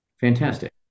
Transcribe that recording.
Fantastic